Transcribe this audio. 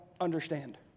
understand